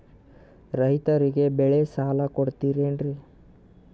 ರೈತರಿಗೆ ಬೆಳೆ ಸಾಲ ಕೊಡ್ತಿರೇನ್ರಿ?